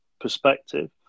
perspective